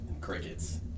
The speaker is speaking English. Crickets